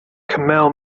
kamal